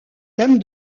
thème